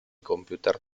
computer